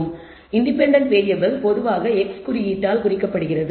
எனவே independent variable பொதுவாக x குறியீட்டால் குறிக்கப்படுகிறது